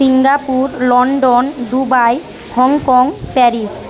Singapore London Dubai Hong Kong Paris